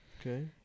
Okay